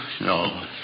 no